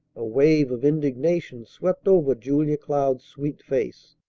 a wave of indignation swept over julia cloud's sweet face.